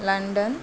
London